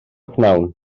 prynhawn